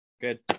Good